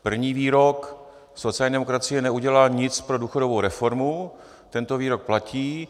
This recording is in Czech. První výrok sociální demokracie neudělala nic pro důchodovou reformu tento výrok platí;